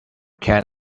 cat